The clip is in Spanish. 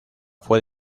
fue